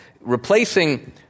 Replacing